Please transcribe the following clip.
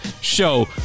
show